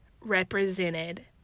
represented